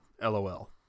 LOL